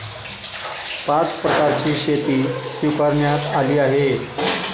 पाच प्रकारची शेती स्वीकारण्यात आली आहे